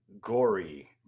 gory